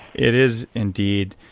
it is indeed.